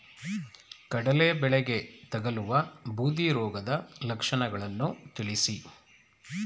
ಕಡಲೆ ಬೆಳೆಗೆ ತಗಲುವ ಬೂದಿ ರೋಗದ ಲಕ್ಷಣಗಳನ್ನು ತಿಳಿಸಿ?